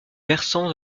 versant